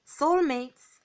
soulmates